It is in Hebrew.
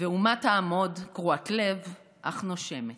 / ואומה תעמוד, קרועת לב אך נושמת,